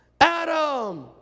Adam